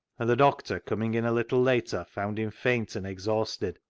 and the doctor, coming in a little later, found him faint and exhausted,